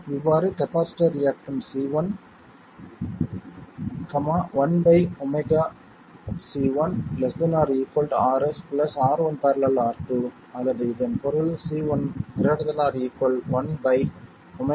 இவ்வாறு capacitor reactance C1 1 ω C1 ≤ Rs R1 ║ R2 அல்லது இதன் பொருள் C1 ≥ 1 ω Rs R1 ║ R2